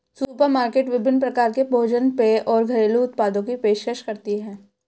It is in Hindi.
सुपरमार्केट विभिन्न प्रकार के भोजन पेय और घरेलू उत्पादों की पेशकश करती है